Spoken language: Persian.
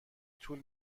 طول